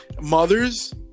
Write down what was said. Mothers